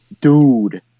dude